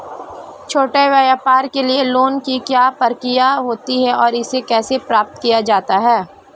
छोटे व्यापार के लिए लोंन की क्या प्रक्रिया होती है और इसे कैसे प्राप्त किया जाता है?